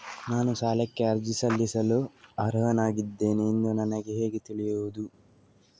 ನಾನು ಸಾಲಕ್ಕೆ ಅರ್ಜಿ ಸಲ್ಲಿಸಲು ಅರ್ಹನಾಗಿದ್ದೇನೆ ಎಂದು ನನಗೆ ಹೇಗೆ ತಿಳಿಯುದು?